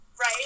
right